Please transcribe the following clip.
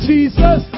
Jesus